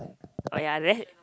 oh ya that